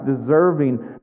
deserving